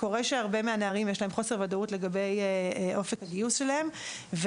קורה שלהרבה נערים יש אי ודאות לגבי אופק הגיוס שלהם.